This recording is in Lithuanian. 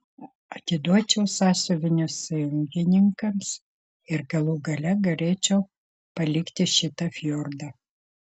atiduočiau sąsiuvinius sąjungininkams ir galų gale galėčiau palikti šitą fjordą